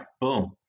boom